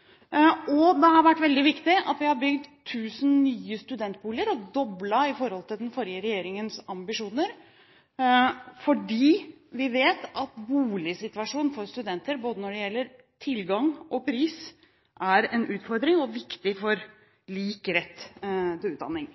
2017. Det har vært veldig viktig at vi har bygd 1 000 nye studentboliger og doblet i forhold til den forrige regjeringens ambisjoner, fordi vi vet at boligsitusasjonen for studenter, både når det gjelder tilgang og pris, er en utfordring og viktig for lik rett til utdanning.